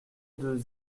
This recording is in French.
deux